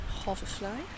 hoverfly